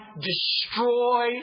destroy